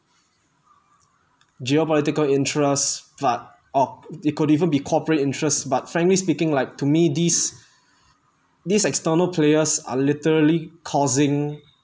geopolitical interests it could even be corporate interests but frankly speaking like to me these these external players are literally causing